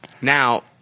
Now